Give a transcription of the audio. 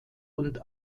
und